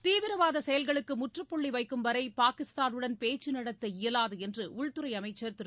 தீவிரவாத செயல்களுக்கு முற்றுப்புள்ளி வைக்கும் வரை பாகிஸ்தானுடன் பேச்சு நடத்த இயலாது என்று உள்துறை அமைச்சர் திரு